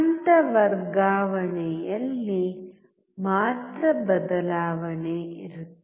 ಹಂತ ವರ್ಗಾವಣೆಯಲ್ಲಿ ಮಾತ್ರ ಬದಲಾವಣೆ ಇರುತ್ತದೆ